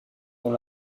dans